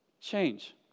change